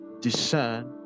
discern